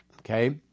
okay